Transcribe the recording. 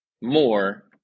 more